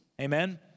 Amen